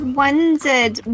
wondered